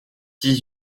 dix